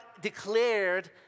declared